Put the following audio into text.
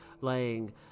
laying